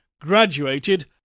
graduated